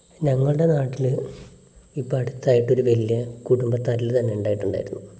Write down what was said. ഞങ്ങളുടെ നാട്ടിൽ ഇപ്പോൾ അടുത്തായിട്ടൊരു വലിയ കുടുംബ തല്ല് തന്നെ ഉണ്ടായിട്ടുണ്ടായിരുന്നു